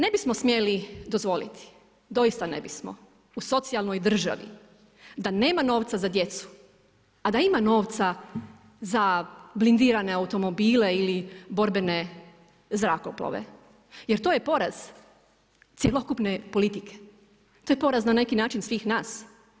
Ne bi smo smjeli dozvoliti, doista ne bismo u socijalnoj državi da nema novca za djecu a da ima novca za blindirane automobile ili borbene zrakoplove jer to je poraz cjelokupne politike, to je poraz na neki način svih nas.